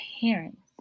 parents